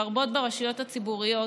לרבות ברשויות הציבוריות.